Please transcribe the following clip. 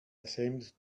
ashamed